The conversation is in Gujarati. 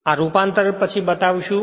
આ રૂપાંતર પછી બતાવશુ